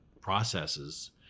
processes